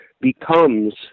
becomes